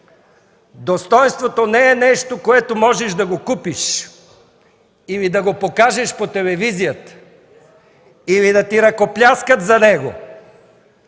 Достойнството не е нещо, което можеш да купиш или да покажеш по телевизията, или да ти ръкопляскат за него!